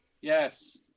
Yes